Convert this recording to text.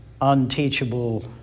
unteachable